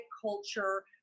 culture